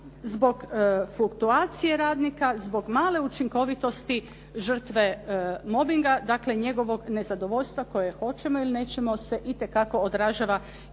zbog fluktuacije radnika, zbog male učinkovitosti žrtve mobinga, dakle njegovog nezadovoljstva, koje hoćemo ili nećemo, se itekako odražava i na